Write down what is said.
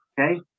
Okay